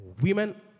Women